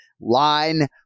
Line